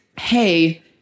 Hey